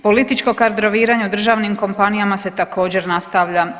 Političko kadroviranje u državnim kompanijama se također nastavlja.